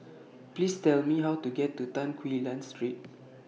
Please Tell Me How to get to Tan Quee Lan Street